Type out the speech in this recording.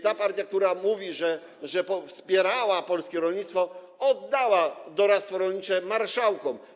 Ta partia, która mówi, że wspierała polskie rolnictwo, oddała doradztwo rolnicze marszałkom.